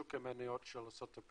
בשוק המניות של ארה"ב